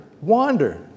wander